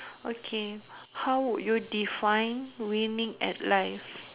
okay how would you define winning at life